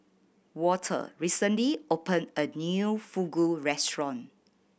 Walter recently opened a new Fugu Restaurant